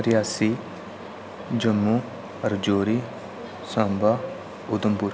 Reasi Jammu Rajouri Samba Udhampur